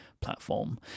platform